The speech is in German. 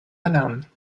erlernen